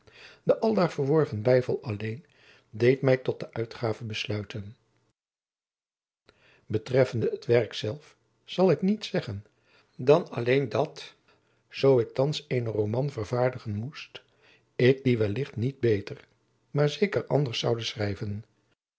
de aldaar verworven bijval alleen deed mij tot de uitgave besluiten jacob van lennep de pleegzoon betreffende het werk zelf zal ik niets zeggen dan alleen dat zoo ik thands eenen roman vervaardigen moest ik dien wellicht niet beter maar zeker anders zoude schrijven